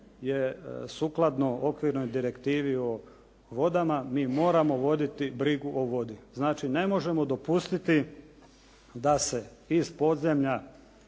je sukladno okvirnoj direktivi o vodama. Mi moramo voditi brigu o vodi. Znači ne možemo dopustiti da se iz podzemlja